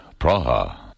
Praha